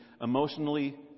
emotionally